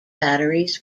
batteries